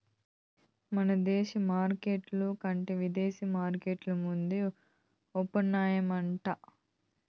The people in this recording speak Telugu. మన దేశ మార్కెట్ల కంటే ఇదేశీ మార్కెట్లు ముందే ఓపనయితాయంట